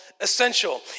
essential